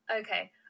Okay